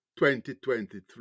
2023